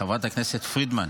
חברת הכנסת פרידמן,